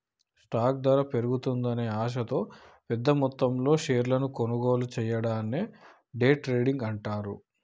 stock ధర పెరుగుతుందనే ఆశతో పెద్దమొత్తంలో షేర్లను కొనుగోలు చెయ్యడాన్ని డే ట్రేడింగ్ అంటాండ్రు